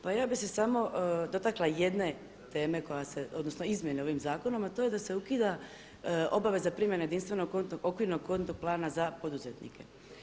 Pa ja bi se samo dotakla jedne teme, odnosno izmjene ovim zakonom a to je da se ukida obaveza primjene jedinstvenog kontnog, okvirnog kontrolnog plana za poduzetnike.